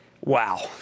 wow